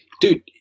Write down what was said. dude